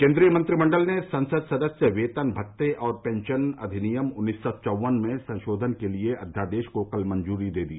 केंद्रीय मंत्रिमंडल ने संसद सदस्य वेतन भत्ते और पेंशन अधिनियम उन्नीस सौ चौवन में संशोधन के लिए अध्यादेश को कल मंजूरी दे दी